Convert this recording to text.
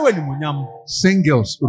Singles